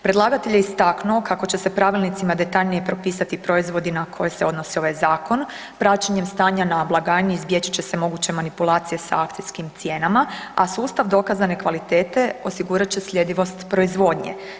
Predlagatelj je istaknuo kako će se pravilnicima detaljnije propisati proizvodi na koje se odnosi ovaj zakon, praćenje stanja na blagajni izbjeći će se moguće manipulacije sa akcijskim cijenama a sustav dokazane kvalitete osigurat će sljedivost proizvodnje.